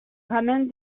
ramènent